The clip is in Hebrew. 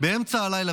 באמצע הלילה,